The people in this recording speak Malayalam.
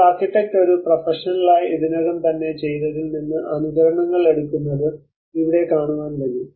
ഒരു ആർക്കിടെക്ട് ഒരു പ്രൊഫഷണലായി ഇതിനകം തന്നെ ചെയ്തതിൽ നിന്ന് അനുകരണങ്ങൾ എടുക്കുന്നത് ഇവിടെ കാണുവാൻ കഴിയും